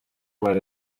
were